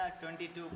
22%